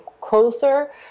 closer